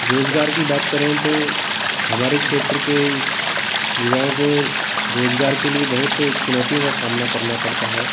रोज़गार की बात करें तो हमारे क्षेत्र के युवाओं को रोज़गार के लिए बहुत चुनौतियों का सामना करना पड़ता है